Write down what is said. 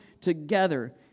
together